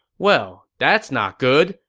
well, that's not good.